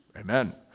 Amen